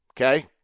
Okay